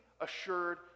assured